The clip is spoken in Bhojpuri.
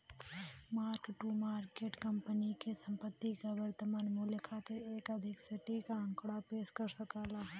मार्क टू मार्केट कंपनी क संपत्ति क वर्तमान मूल्य खातिर एक अधिक सटीक आंकड़ा पेश कर सकला